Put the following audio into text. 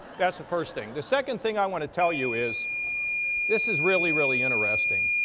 that's the first thing. the second thing i want to tell you is this is really, really interesting.